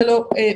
זה לא פחות